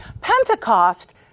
Pentecost